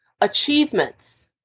achievements